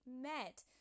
met